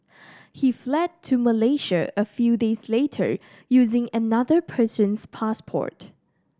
he fled to Malaysia a few days later using another person's passport